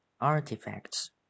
Artifacts